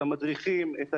את המדריכים,